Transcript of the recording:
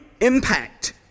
impact